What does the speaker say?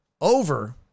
over